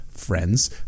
Friends